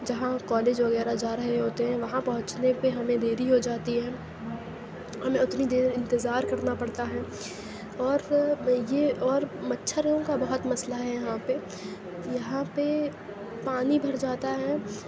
جہاں کالج وغیرہ جا رہے ہوتے ہیں وہاں پہچنے پہ ہمیں دیری ہو جاتی ہے ہمیں اتنی دیر انتظار کرنا پڑتا ہے اور یہ اور مچھروں کا بہت مسئلہ ہے یہاں پہ یہاں پہ پانی بھر جاتا ہے